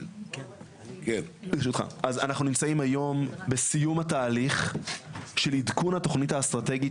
אז אנחנו נמצאים היום בסיום התהליך של עדכון התוכנית האסטרטגית